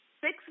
six